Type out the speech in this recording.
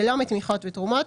שלא מתמיכות ותרומות,